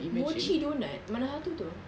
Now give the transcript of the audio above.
mochi doughnut mana satu tu